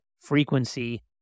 frequency